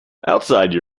outside